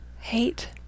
hate